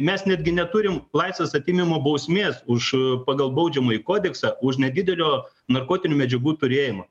mes netgi neturim laisvės atėmimo bausmės už pagal baudžiamąjį kodeksą už nedidelio narkotinių medžiagų turėjimą